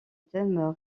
thème